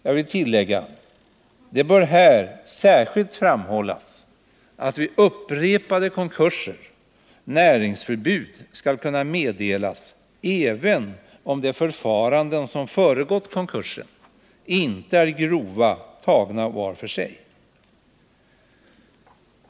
Jag vill tillägga: Det bör här särskilt framhållas att vid upprepade konkurser näringsförbud skall kunna meddelas även om de förfaranden som föregått konkurserna inte är grova, tagna var för sig.